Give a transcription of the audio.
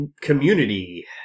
Community